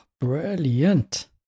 Brilliant